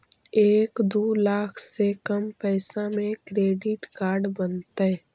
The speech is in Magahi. एक दू लाख से कम पैसा में क्रेडिट कार्ड बनतैय?